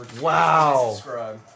Wow